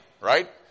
right